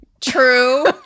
True